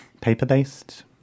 paper-based